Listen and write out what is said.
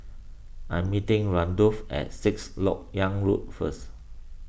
I am meeting Randolph at Sixth Lok Yang Road first